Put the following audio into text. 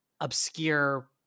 obscure